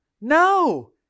No